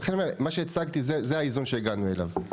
מה שהצגתי זה האיזון שהגענו אליו.